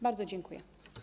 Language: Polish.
Bardzo dziękuję.